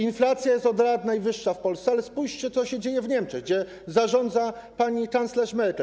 Inflacja jest od lat najwyższa w Polsce, ale spójrzcie, co się dzieje w Niemczech, gdzie zarządza pani Kanclerz Merkel.